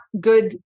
good